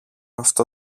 αυτό